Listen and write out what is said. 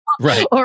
Right